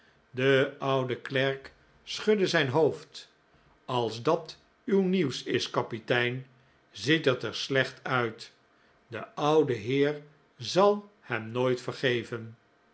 de oude klerk scliudde zijn hoofd a s dat uw nieuws is kapitein ziet het er slecht uit de ouwe heer zal hem nooit vergeven